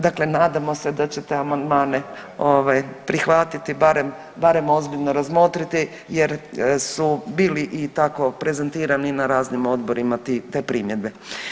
Dakle, nadamo se da ćete amandmane prihvatiti barem ozbiljno razmotriti jer su bili i tako prezentirani na raznim odborima te primjedbe.